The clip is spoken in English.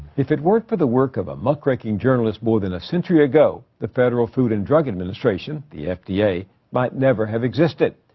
if it weren't for the work of a muckraking journalist more than a century ago, the federal food and drug administration, the fda, might never have existed.